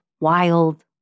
wild